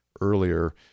earlier